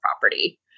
property